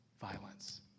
violence